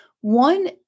one